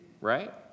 right